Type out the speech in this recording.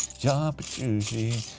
john petrucci,